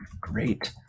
Great